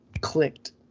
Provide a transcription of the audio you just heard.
clicked